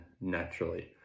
naturally